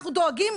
אנחנו דואגים,